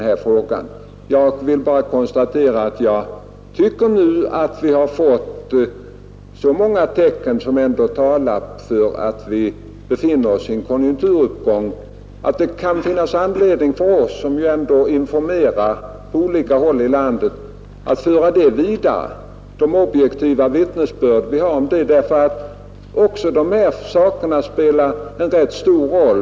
Jag vill bara konstatera att så många tecken nu talar för att vi befinner oss i en konjunkturuppgång, att det kan finnas anledning för oss att föra de objektiva vittnesbörd vi fått vidare, eftersom det tillkommer oss att informera på olika håll i landet.